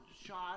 shot